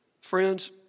Friends